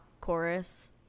chorus